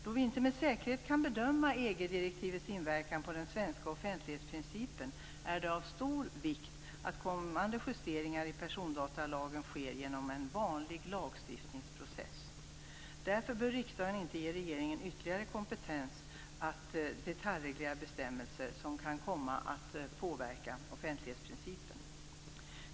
Då vi inte med säkerhet kan bedöma EG direktivets inverkan på den svenska offentlighetsprincipen är det av stor vikt att kommande justeringar i persondatalagen sker genom en vanlig lagstiftningsprocess. Därför bör riksdagen inte ge regeringen ytterligare kompetens att detaljreglera bestämmelser som kan komma att påverka offentlighetsprincipen.